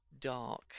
dark